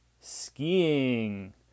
Skiing